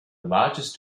largest